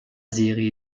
seri